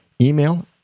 email